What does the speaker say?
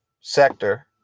sector